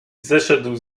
zeszedł